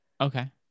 okay